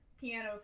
piano